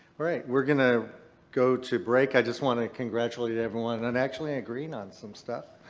alright. we're going to go to break. i just want to congratulate everyone in and actually agreeing on some stuff